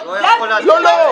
לא,